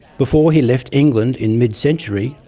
before he left england in mid-century,